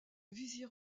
vizir